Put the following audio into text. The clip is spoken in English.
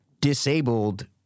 disabled